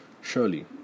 surely